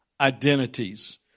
identities